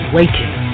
waiting